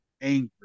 anger